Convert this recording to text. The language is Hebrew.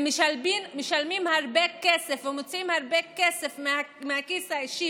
הם משלמים הרבה כסף ומוציאים הרבה כסף מהכיס האישי